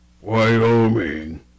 Wyoming